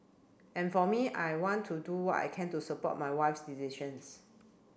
and for me I want to do what I can to support my wife's decisions